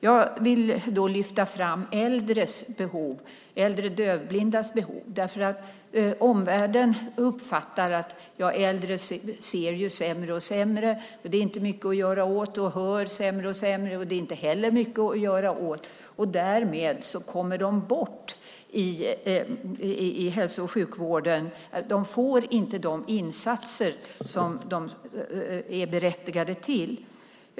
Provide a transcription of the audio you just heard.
Jag vill lyfta fram äldre dövblindas behov. Omvärlden uppfattar ju att äldre ser sämre och sämre och att det inte är mycket att göra åt, att de hör sämre och sämre och att det inte heller är mycket att göra åt. Därmed kommer de bort i hälso och sjukvården. De får inte de insatser som de är berättigade till.